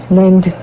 named